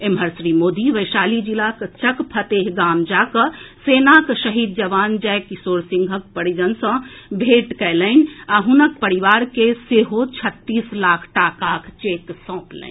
एम्हर श्री मोदी वैशाली जिलाक चकफतेह गाम जा कऽ सेनाक शहीद जवान जय किशोर सिंहक परिजन सऽ भेंट कएलनि आ हुनक परिवार के छत्तीस लाख टाकाक चेक सौंपलनि